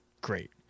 great